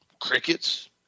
crickets